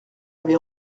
avait